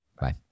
Bye